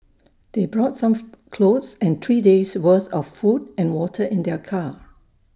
they brought some clothes and three days' worth of food and water in their car